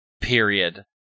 period